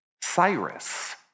Cyrus